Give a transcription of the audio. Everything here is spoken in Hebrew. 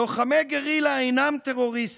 לוחמי גרילה אינם טרוריסטים,